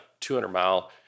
200-mile